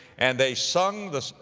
and they sung the